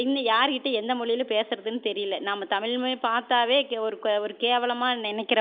என்ன யாருகிட்டே எந்த மொழியில் பேசுகிறதுன்னு தெரியல நம்ம தமிழுமே பார்த்தாவே ஒரு ஒரு கேவலமாக நினைக்கிற